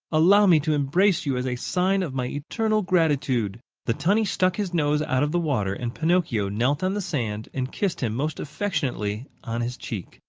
allow me to embrace you as a sign of my eternal gratitude. the tunny stuck his nose out of the water and pinocchio knelt on the sand and kissed him most affectionately on his cheek.